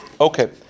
Okay